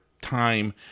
time